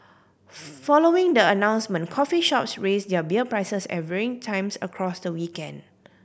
following the announcement coffee shops raised their beer prices at varying times across the weekend